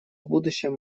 будущем